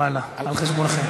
ואללה, על חשבונכם.